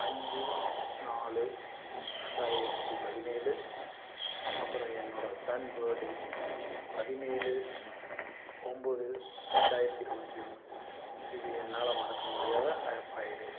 அஞ்சு நாலு ரெண்டாயிரத்தி பதினேழு அப்புறம் என்னோட சன் பர்டே பதினேழு ஒன்போது ரெண்டாயிரத்தி இருபத்தி ஒன்று இது என்னால் மறக்க முடியாத ஃபைவ் டேஸ்